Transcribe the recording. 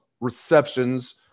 receptions